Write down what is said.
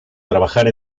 trabajar